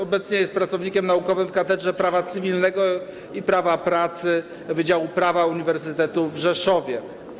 Obecnie jest pracownikiem naukowym w katedrze prawa cywilnego i prawa pracy wydziału prawa uniwersytetu w Rzeszowie.